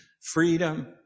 freedom